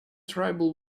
tribal